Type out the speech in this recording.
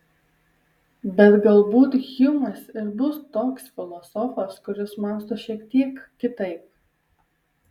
bet galbūt hjumas ir bus toks filosofas kuris mąsto šiek tiek kitaip